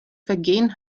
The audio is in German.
vergehen